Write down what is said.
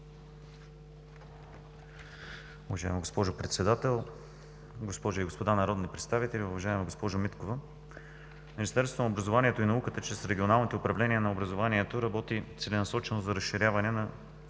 Уважаема госпожо Председател, госпожи и господа народни представители! Уважаема госпожо Миткова, Министерството на образованието и науката чрез регионалните управления на образованието работи целенасочено за разрешаване на